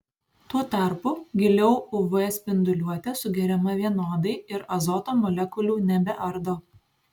tuo tarpu giliau uv spinduliuotė sugeriama vienodai ir azoto molekulių nebeardo